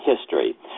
History